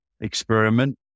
experiment